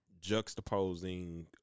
juxtaposing